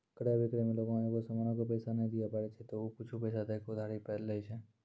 क्रय अभिक्रय मे लोगें एगो समानो के पैसा नै दिये पारै छै त उ कुछु पैसा दै के उधारी पे लै छै